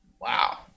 Wow